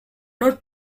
not